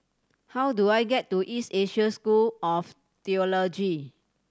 how do I get to East Asia School of Theology